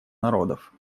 народов